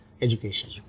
education